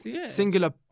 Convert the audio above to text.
singular